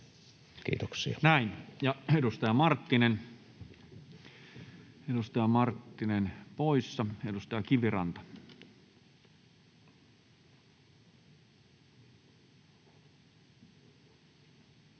Kiitoksia. Näin. — Ja edustaja Marttinen poissa. — Edustaja Kiviranta. Arvoisa